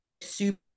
super